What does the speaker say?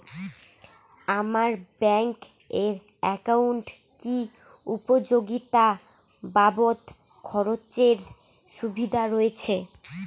আমার ব্যাংক এর একাউন্টে কি উপযোগিতা বাবদ খরচের সুবিধা রয়েছে?